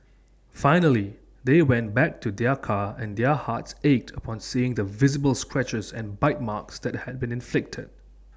finally they went back to their car and their hearts ached upon seeing the visible scratches and bite marks that had been inflicted